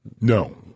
No